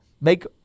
Make